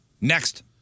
Next